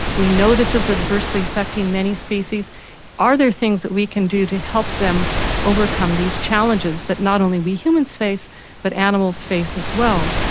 we know this is adversely affecting many species are there things that we can do to help them overcome these challenges that not only we humans face but animals face as well.